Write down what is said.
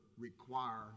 require